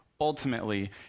ultimately